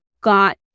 got